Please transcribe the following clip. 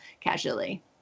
casually